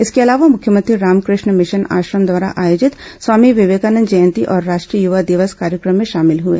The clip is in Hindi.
इसके अलावा मुख्यमंत्री रामकृष्ण मिशन आश्रम द्वारा आयोजित स्वामी विवेकानंद जयंती और राष्ट्रीय युवा दिवस कार्यक्रम में शामिल हुए